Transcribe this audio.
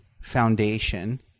foundation